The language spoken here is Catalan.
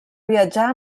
viatjar